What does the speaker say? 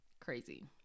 crazy